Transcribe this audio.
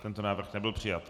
Tento návrh nebyl přijat.